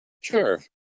Sure